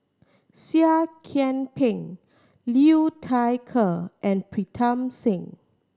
Seah Kian Peng Liu Thai Ker and Pritam Singh